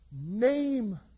name